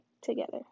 together